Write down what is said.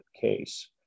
case